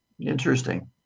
Interesting